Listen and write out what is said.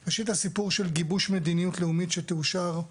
ראשית, הסיפור של גיבוש מדיניות לאומית שתאושר,